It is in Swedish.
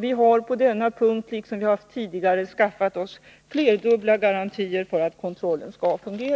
Vi har således på denna punkt, liksom tidigare, skaffat oss flerdubbla garantier för att kontrollen skall fungera.